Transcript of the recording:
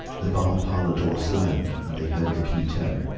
the bar-parlour door slammed and they heard the key turn.